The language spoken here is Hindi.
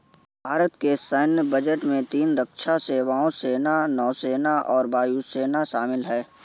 भारत के सैन्य बजट में तीन रक्षा सेवाओं, सेना, नौसेना और वायु सेना शामिल है